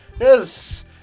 Yes